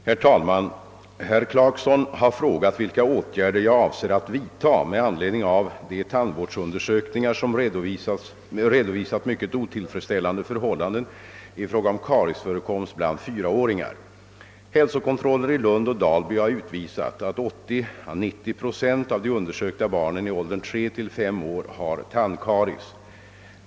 Herr talman! Herr Clarkson har frågat vilka åtgärder jag avser att vidta med anledning av de tandvårdsundersökningar som redovisat mycket otillfredsställande förhållanden i fråga om kariesförekomst bland fyraåringar. Hälsokontroller i Lund och Dalby har utvisat att 80—90 procent av de undersökta barnen i åldern tre till fem år har tandkaries.